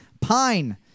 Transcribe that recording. pine